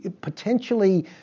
potentially